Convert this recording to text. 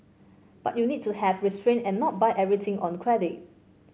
but you need to have restrain and not buy everything on credit